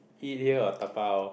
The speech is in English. eat here or dabao